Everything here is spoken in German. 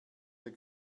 der